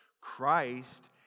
Christ